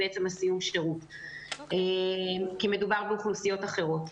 מסיום השירות, כי מדובר באוכלוסיות אחרות.